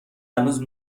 هنوز